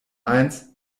eins